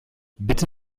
bitte